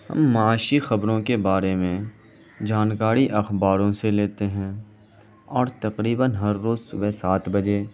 ہم معاشی خبروں کے بارے میں جانکاری اخباروں سے لیتے ہیں اور تقریباً ہر روز صبح سات بجے